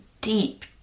deep